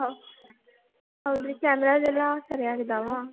ಹಾಂ ಹೌದಾ ರೀ ಕ್ಯಾಮರಾ ಅದೆಲ್ಲ ಸರ್ಯಾಗಿ ಇದಾವಾ